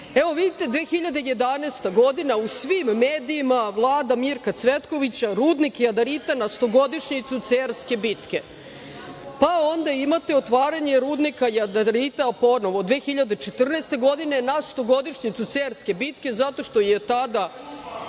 vidite 2011. godina u svim medijima Vlada Mirka Cvetkovića „Rudnika Jadarita na stogodišnjicu Cerske bitke“, pa onda imate „Otvaranje rudnika Jadarita“, ponovo 2014. godine na stogodišnjicu Cerske bitke, zato što je tada